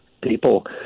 people